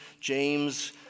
James